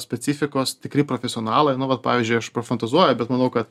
specifikos tikri profesionalai nu vat pavyzdžiui aš pafantazuoju bet manau kad